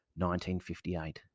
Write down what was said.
1958